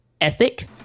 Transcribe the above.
ethic